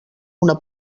una